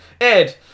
Ed